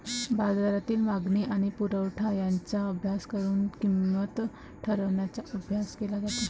बाजारातील मागणी आणि पुरवठा यांचा अभ्यास करून किंमत ठरवण्याचा अभ्यास केला जातो